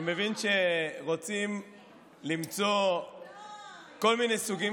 אני מבין שרוצים למצוא כל מיני סוגים